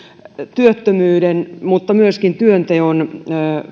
työttömyyden mutta myöskin työnteon